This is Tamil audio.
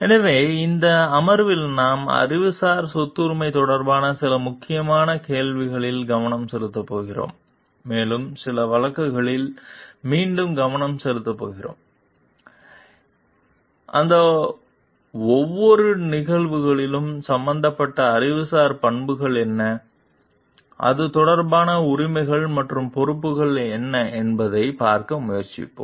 எனவே இந்த அமர்வில் நாம் அறிவுசார் சொத்துரிமை தொடர்பான சில முக்கியமான கேள்விகளில் கவனம் செலுத்தப் போகிறோம் மேலும் சில வழக்குகளில் மீண்டும் கவனம் செலுத்தப் போகிறோம் அந்த ஒவ்வொரு நிகழ்வுகளிலும் சம்பந்தப்பட்ட அறிவுசார் பண்புகள் என்ன அது தொடர்பான உரிமைகள் மற்றும் பொறுப்புகள் என்ன என்பதைப் பார்க்க முயற்சிப்போம்